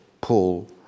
Paul